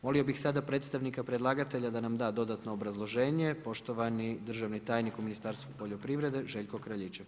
Molio bih sada predstavnika predlagatelja da nam da dodatno obrazloženje, poštovani državni tajnik u Ministarstvu poljoprivrede Željko Kraljičak.